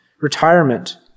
retirement